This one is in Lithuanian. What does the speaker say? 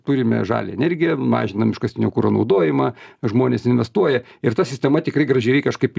turime žalią energiją mažinam iškastinio kuro naudojimą žmonės investuoja ir ta sistema tikrai gražiai kažkaip